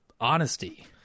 honesty